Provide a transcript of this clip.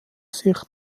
sich